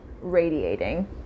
radiating